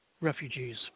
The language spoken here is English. refugees